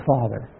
Father